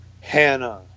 Hannah